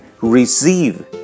receive